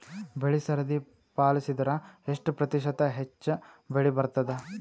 ಬೆಳಿ ಸರದಿ ಪಾಲಸಿದರ ಎಷ್ಟ ಪ್ರತಿಶತ ಹೆಚ್ಚ ಬೆಳಿ ಬರತದ?